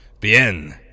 Bien